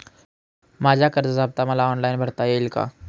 माझ्या कर्जाचा हफ्ता मला ऑनलाईन भरता येईल का?